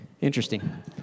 interesting